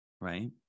Right